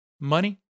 Money